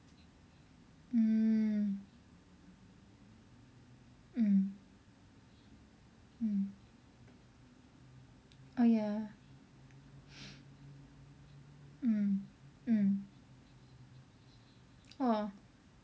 mm mm mm oh ya mm mm !wah!